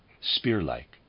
spear-like